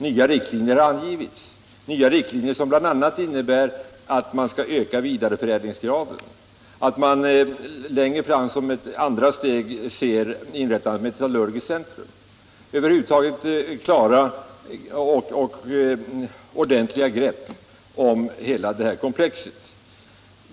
Nya riktlinjer har angetts som bl.a. innebär att man skall öka vidareförädlingsgraden, att man längre fram som ett andra steg ser inrättandet av ett metallurgiskt centrum — över huvud taget fasta och ordentliga grepp om hela komplexet.